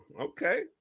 okay